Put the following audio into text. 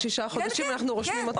או שישה חודשים אנחנו רושמים אותך.